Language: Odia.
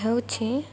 ହେଉଛି